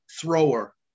thrower